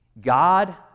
God